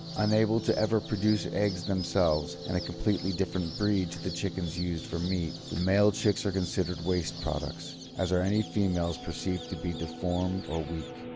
unable to ever produce eggs themselves and a completely different breed to the chickens used for meat, the male chicks are considered waste products, as are any females perceived to be deformed or weak.